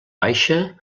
baixa